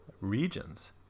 regions